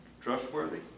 Trustworthy